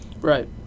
Right